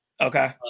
okay